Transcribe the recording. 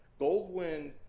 Goldwyn